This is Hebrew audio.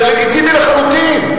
זה לגיטימי לחלוטין.